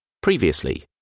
Previously